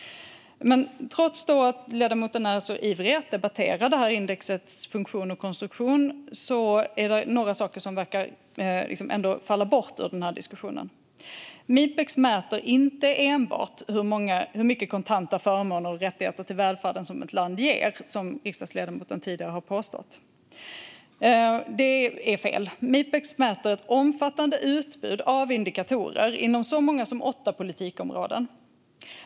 Men trots att riksdagsledamoten är så ivrig att debattera indexets funktion och konstruktion är det några saker som verkar ha fallit bort ur diskussionen. Mipex mäter inte enbart hur mycket av kontanta förmåner och rättigheter till välfärden ett land ger, som riksdagsledamoten tidigare har påstått. Det är fel. Mipex mäter ett omfattande utbud av indikatorer inom så många som åtta politikområden.